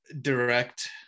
direct